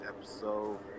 episode